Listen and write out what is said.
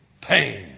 Pain